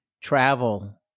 travel